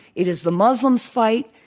it is the muslim's fight.